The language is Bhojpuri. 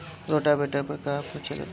रोटावेटर पर का आफर चलता?